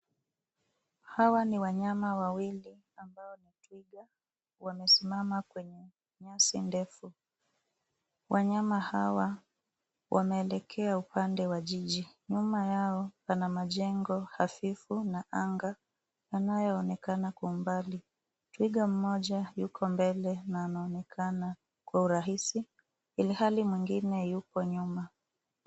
Hawa ni wanyama wawili ambao ni twiga wamesimama kwenye nyasi ndefu. Wanyama hawa wameelekea upande wa jiji. Nyuma yao pana majengo hafifu na anga yanayoonekana kwa mbali. Twiga mmoja yuko mbele na anaonekana kwa urahisi ilhali mwingine yupo nyuma.